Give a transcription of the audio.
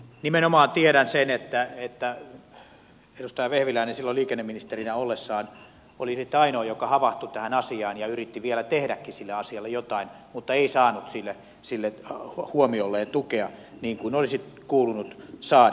nimenomaan tiedän sen että edustaja vehviläinen silloin liikenneministerinä ollessaan oli ainoa joka havahtui tähän asiaan ja yritti vielä tehdäkin sille asialle jotain mutta ei saanut sille huomiolleen tukea niin kuin olisi kuulunut saada